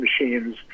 machines